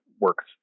works